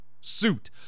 Suit